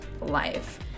life